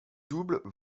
double